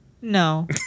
No